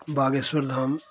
Bageshwar Dham